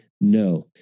no